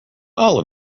all